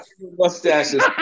Mustaches